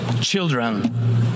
children